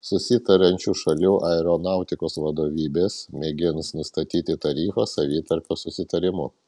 susitariančių šalių aeronautikos vadovybės mėgins nustatyti tarifą savitarpio susitarimu